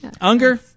Unger